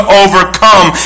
overcome